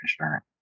insurance